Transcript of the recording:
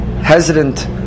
hesitant